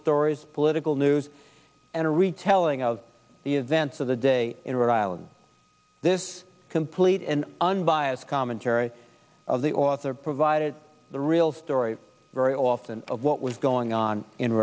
stories political news and a retelling of the events of the day in rhode island this complete and unbiased commentary of the author provided the real story very often of what was going on in